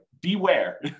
beware